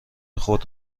خود